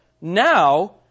Now